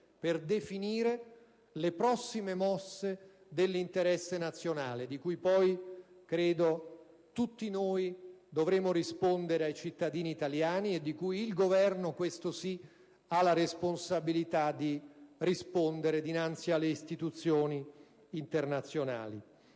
per definire le prossime mosse, di cui poi credo tutti noi dovremo rispondere ai cittadini italiani e di cui il Governo - questo sì - ha la responsabilità di rispondere dinanzi alle istituzioni internazionali.